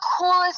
coolest